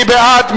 מי בעד?